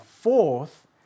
fourth